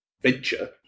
venture